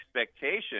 expectation